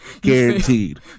guaranteed